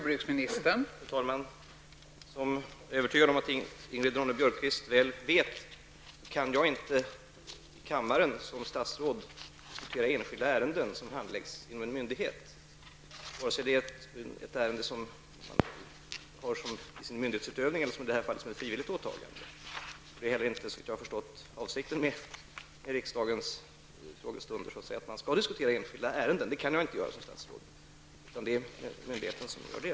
Fru talman! Jag är övertygad om att Ingrid Ronne Björkqvist väl vet att jag som statsråd här i kammaren inte kan diskutera enskilda ärenden som handläggs inom en myndighet, vare sig ärenden som man har i sin myndighetsutövning eller som i detta fall som ett frivilligt åtagande. Såvitt jag har förstått är inte heller avsikten med riksdagens frågestunder att man skall diskutera enskilda ärenden. Det kan jag som statsråd inte göra. Utan det är myndigheterna som får göra det.